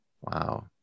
Wow